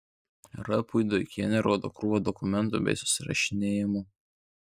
r puidokienė rodo krūvą dokumentų bei susirašinėjimų